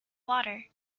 water